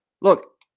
look